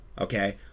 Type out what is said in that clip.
okay